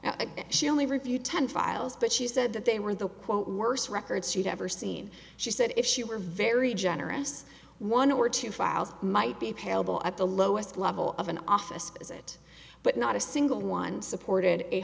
and she only reviewed ten files but she said that they were the quote worst records she'd ever seen she said if she were very generous one or two files might be payable at the lowest level of an office visit but not a single one supported a